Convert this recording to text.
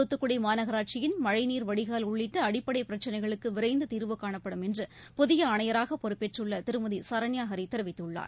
தூத்துக்குடி மாநகராட்சியின் மழைநீர் வடிகால் உள்ளிட்ட அடிப்படை பிரச்சினைகளுக்கு விரைந்து தீர்வு காணப்படும் என்று புதிய ஆணையராக பொறுப்பேற்றுள்ள திருமதி சரண்யா அரி தெரிவித்துள்ளார்